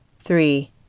three